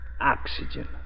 Oxygen